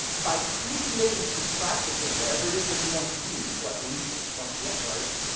by pre-committing to practicing whatever it is that you want to do for at least twenty hours,